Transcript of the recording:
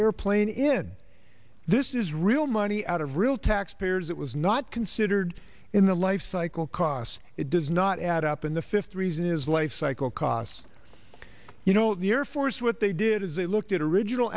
airplane in this is real money out of real taxpayers it was not considered in the lifecycle costs it does not add up in the fifth reason is lifecycle costs you know the air force what they did is they looked at original